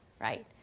Right